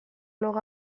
blog